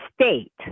state